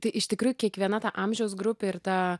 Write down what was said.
tai iš tikrųjų kiekviena ta amžiaus grupė ir ta